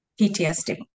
PTSD